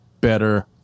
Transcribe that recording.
better